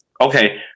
Okay